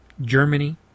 Germany